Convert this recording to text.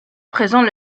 présent